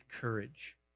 courage